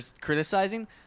criticizing